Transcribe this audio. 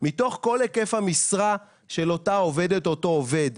מתוך כל היקף המשרה של אותה עובדת או אותו עובד.